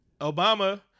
Obama